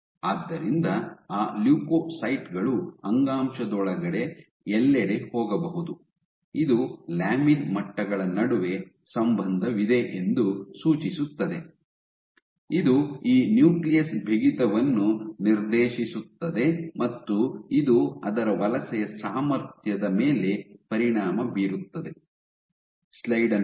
ಆದ್ದರಿಂದ ಆ ಲ್ಯುಕೋಸೈಟ್ ಗಳು ಅಂಗಾಂಶದೊಳಗೆ ಎಲ್ಲೆಡೆ ಹೋಗಬಹುದು ಇದು ಲ್ಯಾಮಿನ್ ಮಟ್ಟಗಳ ನಡುವೆ ಸಂಬಂಧವಿದೆ ಎಂದು ಸೂಚಿಸುತ್ತದೆ ಇದು ಈ ನ್ಯೂಕ್ಲಿಯಸ್ ಬಿಗಿತವನ್ನು ನಿರ್ದೇಶಿಸುತ್ತದೆ ಮತ್ತು ಇದು ಅದರ ವಲಸೆಯ ಸಾಮರ್ಥ್ಯದ ಮೇಲೆ ಪರಿಣಾಮ ಬೀರುತ್ತದೆ